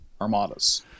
armadas